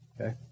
Okay